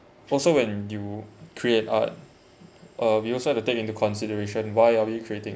also when you create art uh we also have to take into consideration why are we creating